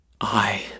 I